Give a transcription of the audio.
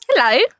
Hello